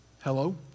Hello